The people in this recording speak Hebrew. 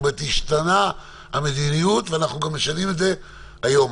השתנתה המדיניות ואנחנו גם משנים את זה היום.